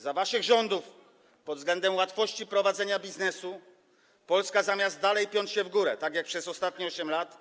Za waszych rządów pod względem łatwości prowadzenia biznesu Polska, zamiast dalej piąć się w górę, tak jak przez ostatnie 8 lat.